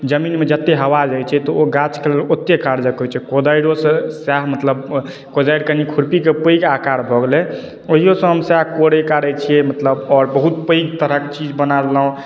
जमीनमे जते हवा जाइत छै तऽ ओ गाछ कऽ लेल ओते कारगर होइत छै कोदारिसँ सहए मतलब कोदारि कनी खुरपीके पैघ आकार भऽ गेलै ओहियोसँ हम सहए कोरैत कारैत छियै मतलब आओर बहुत पैघ तरहक चीज बना लेलहुँ